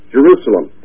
Jerusalem